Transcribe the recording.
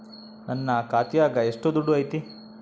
ನನ್ನ ಖಾತ್ಯಾಗ ಎಷ್ಟು ದುಡ್ಡು ಐತಿ?